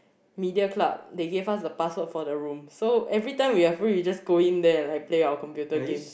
media club they give us the password for the room so everytime we are free we just go in there like play our computer game